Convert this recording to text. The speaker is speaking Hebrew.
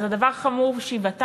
אז זה דבר חמור שבעתיים,